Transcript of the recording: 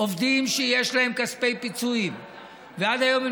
עובדים שיש להם כספי פיצויים ועד היום הם